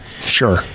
sure